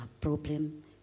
problem